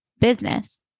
business